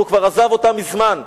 והוא כבר עזב אותה מזמן.